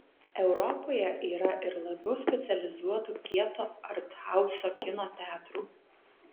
europoje yra ir labiau specializuotų kieto arthauso kino teatrų